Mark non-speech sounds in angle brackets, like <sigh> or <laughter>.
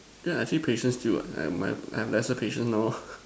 yeah I see patience still what I my I have lesser patience now lor <laughs>